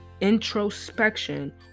introspection